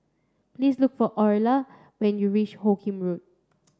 please look for Oralia when you reach Hoot Kiam Road